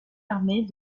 armée